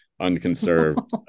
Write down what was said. unconserved